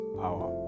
power